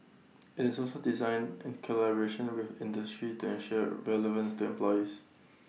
IT is also designed in collaboration with industry to ensure relevance to employers